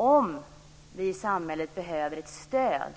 Om vi i samhället behöver ett stöd,